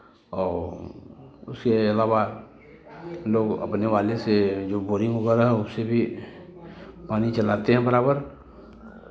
और उसके अलावा लोग अपने वाले से जो बोरिंग वगैरह है उसे भी पानी चलाते हैं बराबर